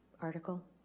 article